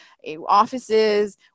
offices